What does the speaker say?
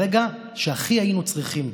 ברגע שהכי היינו צריכים.